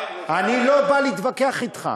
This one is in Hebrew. אני לא בא להתווכח אתך,